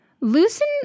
Loosen